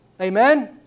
Amen